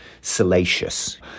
salacious